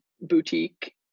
boutique